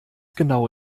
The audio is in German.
genau